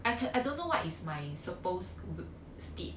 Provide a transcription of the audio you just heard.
I can I don't know what is my supposed speed